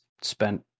spent